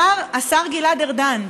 השר גלעד ארדן,